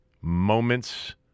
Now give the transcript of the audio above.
moments